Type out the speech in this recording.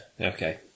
Okay